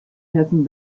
hessen